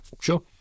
Sure